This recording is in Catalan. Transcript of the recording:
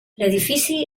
edifici